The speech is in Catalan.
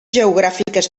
geogràfiques